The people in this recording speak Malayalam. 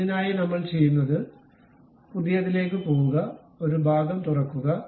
അതിനായി നമ്മൾ ചെയ്യുന്നത് പുതിയതിലേക്ക് പോകുക ഒരു ഭാഗം തുറക്കുക